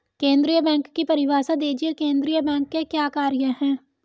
केंद्रीय बैंक की परिभाषा दीजिए केंद्रीय बैंक के क्या कार्य हैं?